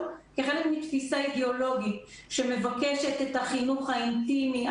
כחלק מתפיסה אידיאולוגית שמבקשת את החינוך האינטימי,